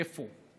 איפה?